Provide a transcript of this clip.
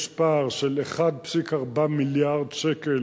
3. יש פער של 1.4 מיליארד שקלים